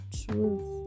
truth